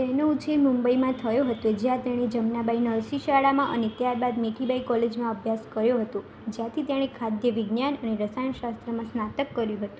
તેનો ઉછેર મુંબઈમાં થયો હતો જ્યાં તેણે જમનાબાઈ નરશી શાળામાં અને ત્યારબાદ મીઠીબાઈ કોલેજમાં અભ્યાસ કર્યો હતો જ્યાંથી તેણે ખાદ્ય વિજ્ઞાન અને રસાયણશાસ્ત્રમાં સ્નાતક કર્યું હતું